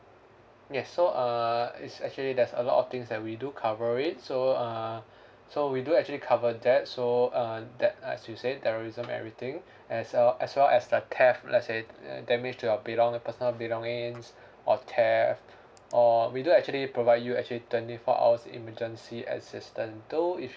yes so uh it's actually there's a lot of things that we do cover it so uh so we do actually cover that so uh that as you said terrorism everything as uh as well as like theft let's say uh damage to your belong~ the personal belongings or theft or we do actually provide you actually twenty four hours emergency assistant too if